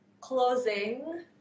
closing